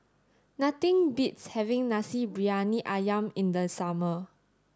nothing beats having Nasi Briyani Ayam in the summer